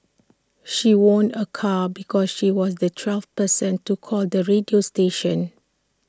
she won A car because she was the twelfth person to call the radio station